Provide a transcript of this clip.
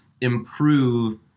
improve